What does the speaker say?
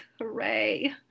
hooray